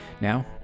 Now